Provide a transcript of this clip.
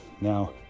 now